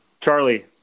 Charlie